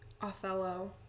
Othello